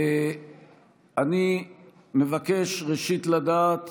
ראשית, אני מבקש לדעת